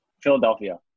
Philadelphia